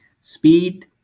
speed